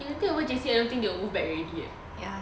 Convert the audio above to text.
if they take over J_C I don't think they will move back already eh